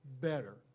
better